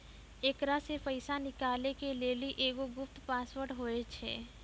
एकरा से पैसा निकालै के लेली एगो गुप्त पासवर्ड होय छै